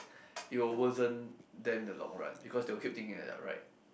it will worsen them the long run because they will keep thinking that they are right